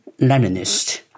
Leninist